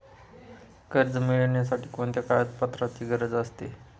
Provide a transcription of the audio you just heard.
कर्ज मिळविण्यासाठी कोणत्या कागदपत्रांची गरज असते?